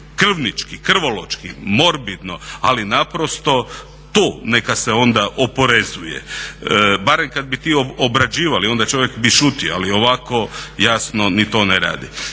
krvnički, krvoločki, morbidno, ali naprosto to neka se onda oporezuje. Barem kada bi ti obrađivali onda čovjek bi šutio ali ovako jasno ni to n radi.